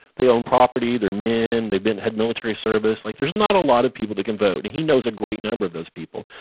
they own property, they're men, they've been head military service. like there's not a lot of people that can vote, and he knows a great number of those people.